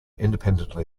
independently